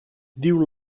diu